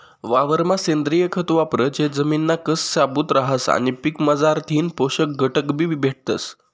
वावरमा सेंद्रिय खत वापरं ते जमिनना कस शाबूत रहास आणि पीकमझारथीन पोषक घटकबी भेटतस